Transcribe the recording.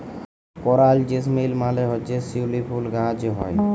করাল জেসমিল মালে হছে শিউলি ফুল গাহাছে হ্যয়